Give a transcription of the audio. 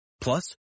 Plus